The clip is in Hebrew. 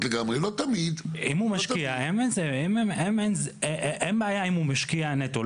לגמרי --- אין בעיה אם הוא משקיע נטו.